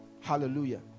hallelujah